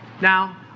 Now